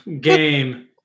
Game